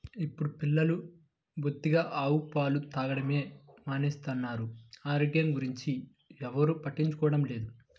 ఇప్పుడు పిల్లలు బొత్తిగా ఆవు పాలు తాగడమే మానేస్తున్నారు, ఆరోగ్యం గురించి ఎవ్వరు పట్టించుకోవడమే లేదు